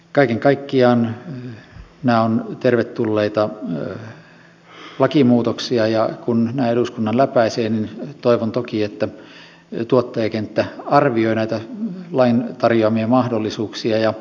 kaiken kaikkiaan nämä ovat tervetulleita lakimuutoksia ja kun nämä eduskunnan läpäisevät niin toivon toki että tuottajakenttä arvioi näitä lain tarjoamia mahdollisuuksia